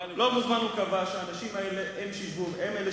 לא מזמן הוא קבע שהאנשים האלה הם שינהלו.